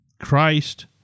christ